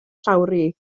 llawrydd